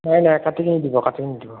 নাই নাই কাটি নিদিব কাটি নিদিব